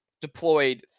deployed